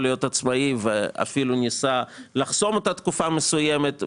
להיות עצמאי ואפילו ניסה לחסום בתקופה מסוימת.